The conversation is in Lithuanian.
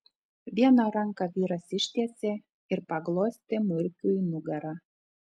vieną ranką vyras ištiesė ir paglostė murkiui nugarą